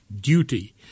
Duty